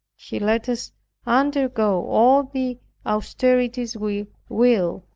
he lets us undergo all the austerities we will.